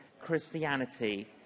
Christianity